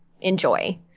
enjoy